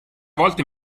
volte